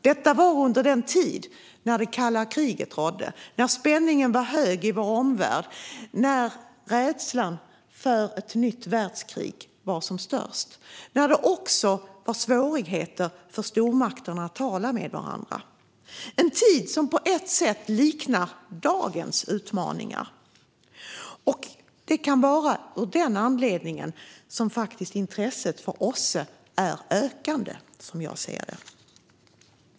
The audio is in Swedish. Detta var under den tid när det kalla kriget rådde, när spänningen var hög i vår omvärld, när rädslan för ett nytt världskrig var som störst och när det också var svårigheter för stormakterna att tala med varandra. Det var en tid som på ett sätt liknar dagens utmaningar. Det kan vara av den anledningen som intresset för OSSE är ökande, som jag ser det.